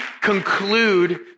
conclude